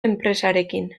enpresarekin